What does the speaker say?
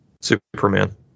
Superman